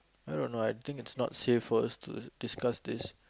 I don't know I think it's not safe for us to discuss this